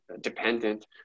dependent